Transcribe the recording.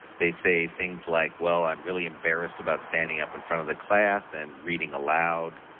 they say things like well i'm really embarrassed about standing up in front of the class and reading aloud,